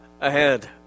ahead